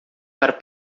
para